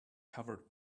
covered